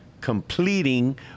completing